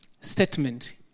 statement